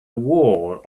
war